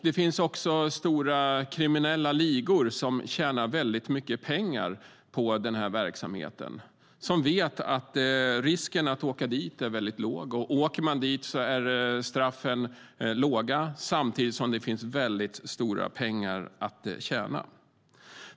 Det finns också stora kriminella ligor som tjänar mycket pengar på verksamheten, som vet att risken att åka dit är väldigt låg, och åker man dit är straffen låga, samtidigt som det finns stora pengar att tjäna.